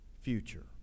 future